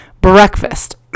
breakfast